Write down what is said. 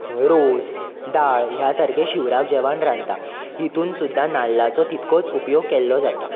रोस दाळ ह्या सारके शिवराक जेवण रांदता हितून सुद्दां नाल्लाचो तितकोच उपयोग केल्लो जाता